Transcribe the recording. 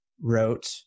wrote